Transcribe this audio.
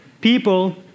people